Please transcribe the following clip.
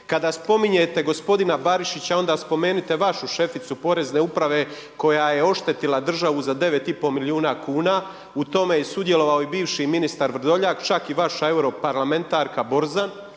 Kada spominjete gospodina Barišića onda spomenute vašu šeficu porezne uprave koja je oštetila državu za 9 i pol milijuna kuna. U tome je sudjelovao i bivši ministar Vrdoljak, čak i vaša europarlamentarka Borzan.